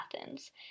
Athens